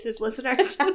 listeners